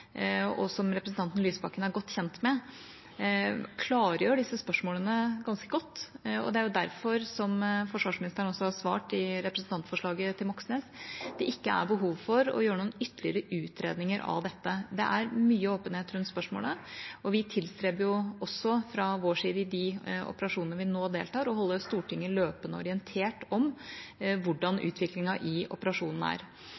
og som representanten Lysbakken er godt kjent med – klargjør disse spørsmålene ganske godt. Det er derfor – som forsvarsministeren også har svart til representantforslaget fra Moxnes – det ikke er behov for å gjøre noen ytterligere utredninger av dette. Det er mye åpenhet rundt spørsmålet, og vi tilstreber også fra vår side når det gjelder de operasjonene vi nå deltar i, å holde Stortinget løpende orientert om hvordan utviklingen i operasjonene er.